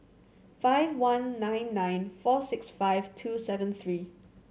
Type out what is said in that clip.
five one nine nine four six five two seven three